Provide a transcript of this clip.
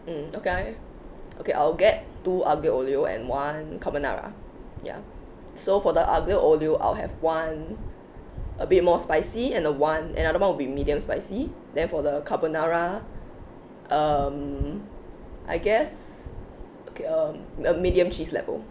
mm okay okay I'll get two aglio e olio and one carbonara ya so for the aglio e olio I'll have one a bit more spicy and the one another one will be medium spicy then for the carbonara um I guess okay um uh a medium cheese level